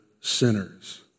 sinners